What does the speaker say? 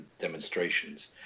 demonstrations